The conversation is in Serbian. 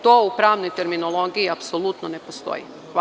To u pravnoj terminologiji apsolutno ne postoji.